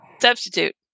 substitute